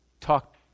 talk